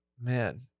Man